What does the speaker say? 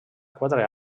quatre